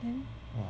then